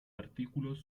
artículos